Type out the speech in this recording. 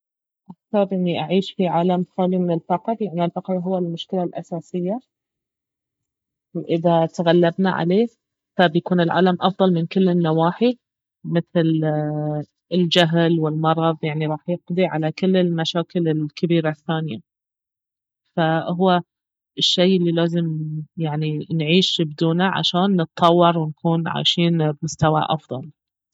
اختار اني أعيش في عالم خالي من الفقر لانه الفقر اهو المشكلة الأساسية واذا تغلبنا عليه فبيكون العالم افضل من كل النواحي مثل الجهل والمرض يعني راح يقضي على كل المشاكل الكبيرة الثانية فاهو الشي الي لازم يعني نعيش بدونه عشان نتطور ونكون عايشين في مستوى افضل